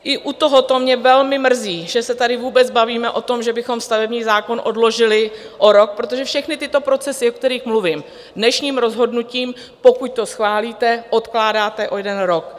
I u tohoto mě velmi mrzí, že se tady vůbec bavíme o tom, že bychom stavební zákon odložili o rok, protože všechny tyto procesy, o kterých mluvím, dnešním rozhodnutím, pokud to schválíte, odkládáte o jeden rok.